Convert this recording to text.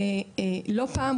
אם הולכים לפי נוסח החוק,